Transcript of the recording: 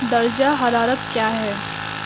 درجہ حرارت کیا ہے